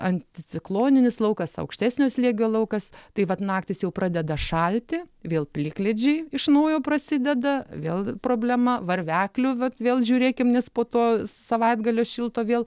anticikloninis laukas aukštesnio slėgio laukas tai vat naktys jau pradeda šalti vėl plikledžiai iš naujo prasideda vėl problema varveklių vat vėl žiūrėkim nes po to savaitgalio šilto vėl